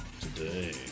today